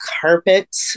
carpet